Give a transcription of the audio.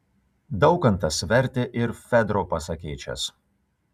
daukantas vertė ir fedro pasakėčias